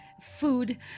food